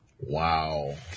Wow